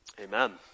Amen